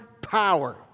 power